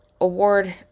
award